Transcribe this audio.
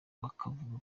bakavuga